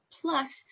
plus